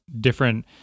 different